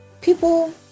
people